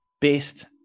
Best